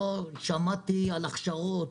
לא שמעתי על הכשרות,